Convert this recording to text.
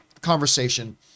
conversation